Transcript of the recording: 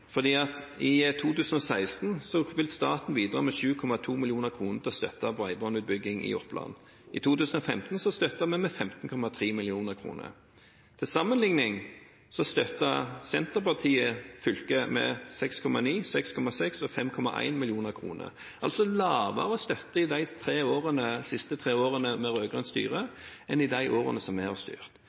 I 2016 vil staten bidra med 7,2 mill. kr til støtte til bredbåndutbygging i Oppland. I 2015 støttet vi med 15,3 mill. kr. Til sammenlikning støttet Senterpartiet fylket med 6,9 mill. kr, 6,6 mill. kr og 5,1 mill. kr – altså lavere støtte i de siste tre årene med rød-grønt styre enn i de årene som vi har styrt.